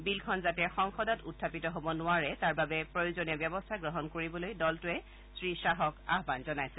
বিলখন যাতে সংসদত উত্থাপিত হব নোৱাৰে তাৰবাবে প্ৰয়োজনীয় ব্যৱস্থা গ্ৰহণ কৰিবলৈ দলটোৱে শ্ৰীখাহক আয়ন জনাইছে